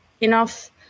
enough